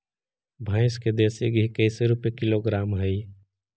भैंस के देसी घी कैसे रूपये किलोग्राम हई?